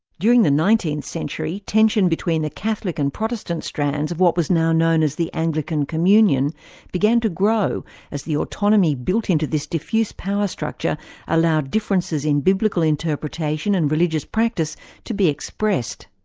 during the nineteenth century, tension between the catholic and protestant strands of what was now known as the anglican communion began to grow as the autonomy built into this diffuse power structure allowed differences in biblical interpretation and religious practice to be expressed.